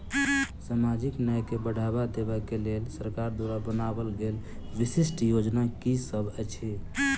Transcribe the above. सामाजिक न्याय केँ बढ़ाबा देबा केँ लेल सरकार द्वारा बनावल गेल विशिष्ट योजना की सब अछि?